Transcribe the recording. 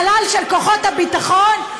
חלל של כוחות הביטחון,